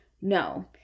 No